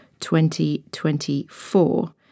2024